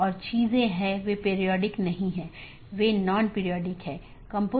यहाँ multi home AS के 2 या अधिक AS या उससे भी अधिक AS के ऑटॉनमस सिस्टम के कनेक्शन हैं